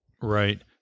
Right